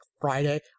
Friday